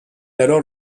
alors